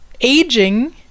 Aging